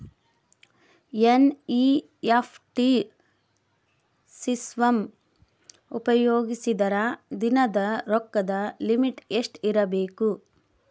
NEFT system ಉಪಯೋಗಿಸಿದರ ದಿನದ ರೊಕ್ಕದ ಲಿಮಿಟ್ ಎಷ್ಟ ಇರಬೇಕು?